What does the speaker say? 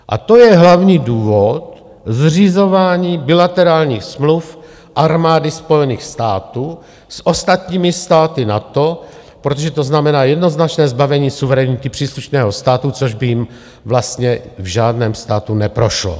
A to je hlavní důvod ke zřizování bilaterálních smluv armády Spojených států s ostatními státy NATO, protože to znamená jednoznačné zbavení suverenity příslušného státu, což by jim vlastně v žádném státu neprošlo.